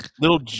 Little